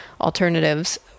alternatives